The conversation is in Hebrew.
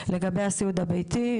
לגבי הסיעוד הביתי,